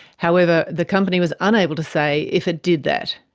however the company was unable to say if it did that.